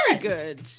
Good